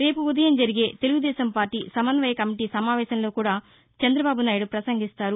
రేపు ఉదయం జరిగే తెలుగుదేశం పార్టీ సమన్వయ కమిటీ సమావేశంలో కూడా చంద్రబాబు నాయుడు ప్రసంగిస్తారు